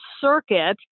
circuit